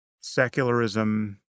secularism